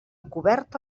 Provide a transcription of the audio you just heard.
coberta